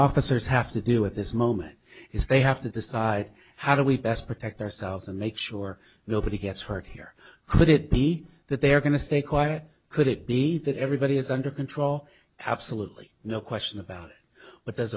officers have to do at this moment is they have to decide how do we best protect ourselves and make sure nobody gets hurt here could it be that they are going to stay quiet could it be that everybody is under control absolutely no question about it but there's